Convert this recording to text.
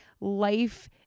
life